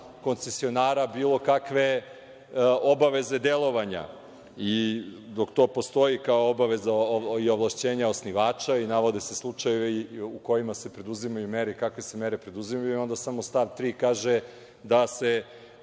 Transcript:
koncesionara bilo kakve obaveze delovanja. Dok to postoji kao obaveza i ovlašćenja osnivača i navode se slučajevi u kojima se preduzimaju mere i kakve se mere preduzimaju, i onda samo stav 3. kaže da se,